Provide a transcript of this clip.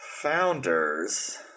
Founders